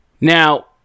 Now